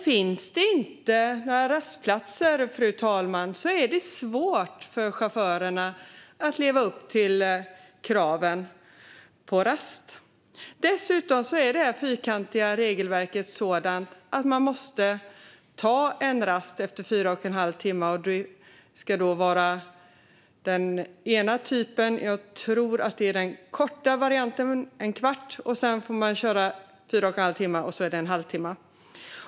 Men om det inte finns några rastplatser, fru talman, är det svårt för chaufförerna att leva upp till kraven på rast. Dessutom är det fyrkantiga regelverket sådant att man måste ta den ena typen av rast efter fyra och en halv timme. Jag tror att det är den korta varianten, en kvart. Sedan får man köra i fyra och en halv timme, och så måste man ta en halvtimme.